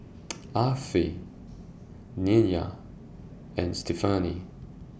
Affie Nya and Stefani